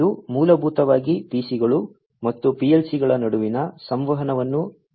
ಇದು ಮೂಲಭೂತವಾಗಿ PC ಗಳು ಮತ್ತು PLC ಗಳ ನಡುವಿನ ಸಂವಹನವನ್ನು ನಿರ್ವಹಿಸುತ್ತದೆ